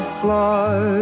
fly